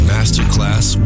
Masterclass